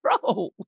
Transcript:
bro